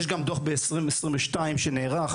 גם דוח ב-2022 שנערך,